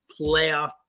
playoff